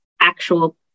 actual